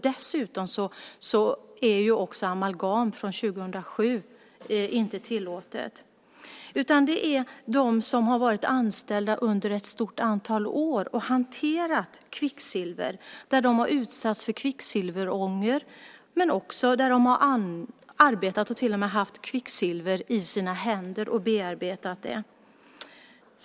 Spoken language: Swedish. Dessutom är amalgam från 2007 inte tillåtet. Det är de som har varit anställda under ett stort antal år och har hanterat kvicksilver som har utsatts för kvicksilverångor. De har till och med bearbetat kvicksilver i sina händer.